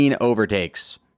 overtakes